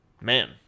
man